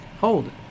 Hold